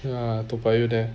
uh toa payoh there